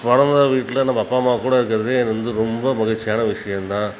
பிறந்த வீட்டில் நம்ம அப்பா அம்மா கூட இருக்கிறதே வந்து ரொம்ப மகிழ்ச்சியான ஒரு விஷயந்தான்